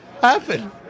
happen